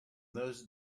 those